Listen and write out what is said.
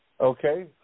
Okay